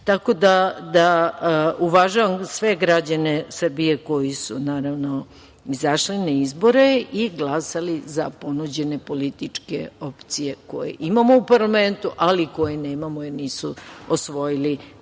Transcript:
da uvažavam sve građane Srbije koji su izašli na izbore i glasali za ponuđene političke opcije koje imamo u parlamentu, ali i koje nemamo jer nisu osvojili